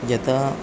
यदा